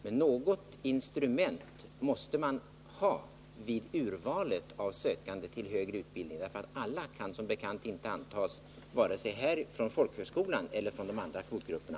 Men något instrument måste man ha vid urvalet av sökande till högre utbildning, därför att alla kan som bekant inte antas, vare sig från folkhögskolorna eller från de andra kvotgrupperna.